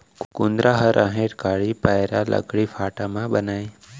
कुंदरा ह राहेर कांड़ी, पैरा, लकड़ी फाटा म बनय